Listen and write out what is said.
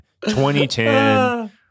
2010